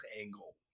angle